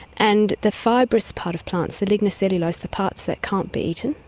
and the fibrous part of plants, the lignocellulose, the parts that can't be eaten,